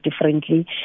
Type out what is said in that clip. differently